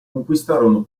conquistarono